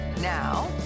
now